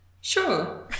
Sure